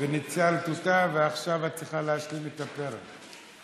וניצלת אותה, ועכשיו את צריכה להשלים את הפרק.